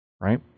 Right